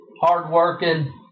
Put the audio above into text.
hardworking